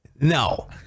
No